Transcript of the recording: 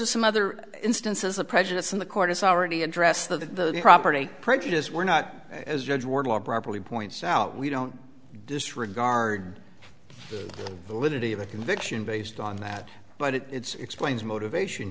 are some other instances of prejudice in the court has already addressed the property prejudice we're not as judge wardlaw properly points out we don't disregard the liberty of a conviction based on that but it's plains motivation